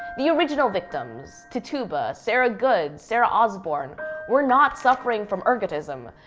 the original victims, tituba, sarah goode, sarah osbourne were not suffering from ergotism,